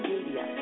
Media